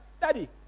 daddy